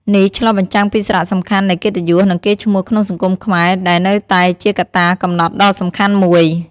នេះឆ្លុះបញ្ចាំងពីសារៈសំខាន់នៃកិត្តិយស និងកេរ្តិ៍ឈ្មោះក្នុងសង្គមខ្មែរ ដែលនៅតែជាកត្តាកំណត់ដ៏សំខាន់មួយ។